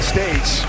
States